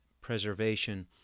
preservation